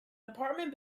apartment